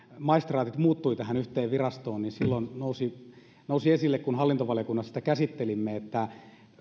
maistraatit muuttuivat tähän yhteen virastoon niin silloin nousi nousi esille kun hallintovaliokunnassa sitä käsittelimme että